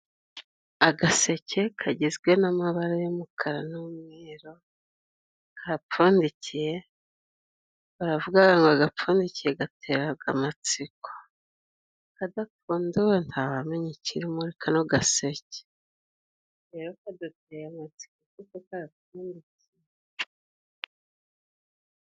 Agaseke kagizwe n'amabara y'umukara n'umweru, gapfundikiye. Baravuga ngo:"Agapfundikiye gateraga amatsiko." Kadapfunduwe ntawamenya ikiri muri kano gaseke. Rero kaduteye amatsiko kuko karapfundikiye.